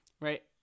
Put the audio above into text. right